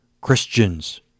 Christians